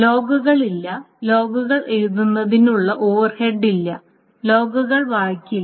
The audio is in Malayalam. ലോഗുകൾ ഇല്ല ലോഗുകൾ എഴുതുന്നതിനുള്ള ഓവർഹെഡ് ഇല്ല ലോഗുകൾ വായിക്കില്ല